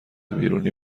بیرونی